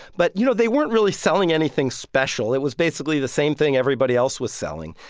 but, you know, they weren't really selling anything special. it was basically the same thing everybody else was selling.